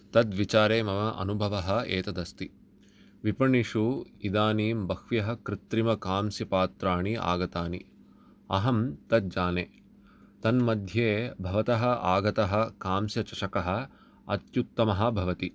तद् विचारे मम अनुभवः एतद् अस्ति विपणिषु इदानीं बह्व्यः कृत्रिमकांस्यपात्राणि आगतानि अहं तद् जाने तन्मध्ये भवतः आगतः कांस्यचषकः अत्युत्तमः भवति